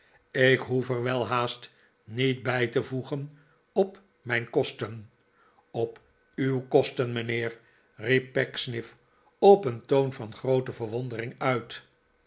ik hoef er wel haast niet bij te voegen op mijn kosten op uw kosten mijnheer riep pecksniff op een toon van groote verwondering uit